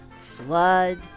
flood